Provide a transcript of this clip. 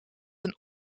een